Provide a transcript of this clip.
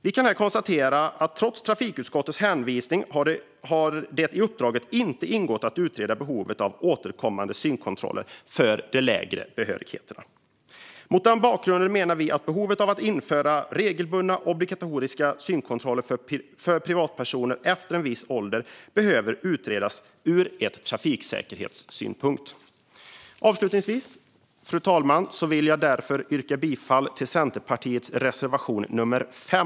Vi kan här konstatera att trots trafikutskottets hänvisning har det i uppdraget inte ingått att utreda behovet av återkommande synkontroller för de lägre behörigheterna. Mot den bakgrunden menar vi att behovet av att införa regelbundna obligatoriska synkontroller för privatpersoner efter en viss ålder behöver utredas ur ett trafiksäkerhetsperspektiv. Avslutningsvis, fru talman, yrkar jag därför bifall till Centerpartiets reservation nummer 5.